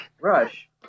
Rush